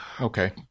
Okay